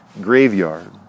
graveyard